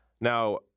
Now